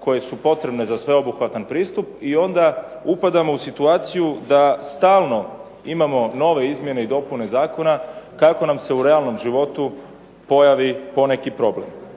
koje su potrebne za sveobuhvatan pristup i onda upadamo u situaciju da stalno imamo nove izmjene i dopune zakona kako nam se u realnom životu pojavi poneki problem.